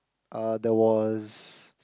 uh there was